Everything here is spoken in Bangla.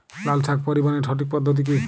লালশাক পরিবহনের সঠিক পদ্ধতি কি?